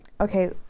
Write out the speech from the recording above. okay